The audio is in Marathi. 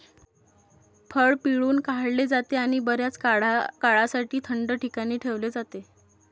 फळ पिळून काढले जाते आणि बर्याच काळासाठी थंड ठिकाणी ठेवले जाते